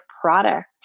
product